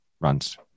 runs